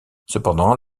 cependant